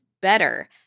better